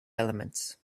elements